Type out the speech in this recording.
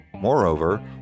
Moreover